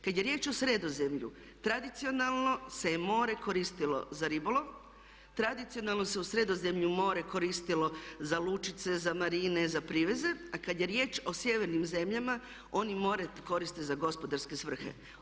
Kad je riječ o Sredozemlju tradicionalno se more koristilo za ribolov, tradicionalno se u Sredozemlju more koristilo za lučice, za marine, za priveze a kad je riječ o sjevernim zemljama oni more koriste za gospodarske svrhe.